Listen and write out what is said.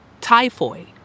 typhoid